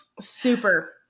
super